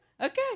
okay